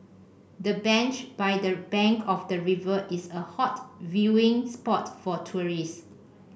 the bench by the bank of the river is a hot viewing spot for tourists